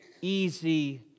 easy